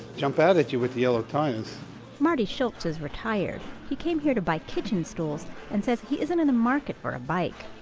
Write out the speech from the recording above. jump out at you with the yellow tires marty shultz is retired. he came here to buy kitchen stools, and says he isn't in the market for a bike.